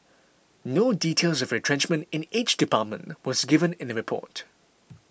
no details of retrenchment in each department was given in the report